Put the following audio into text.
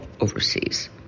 overseas